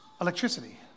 electricity